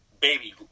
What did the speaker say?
baby